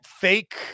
fake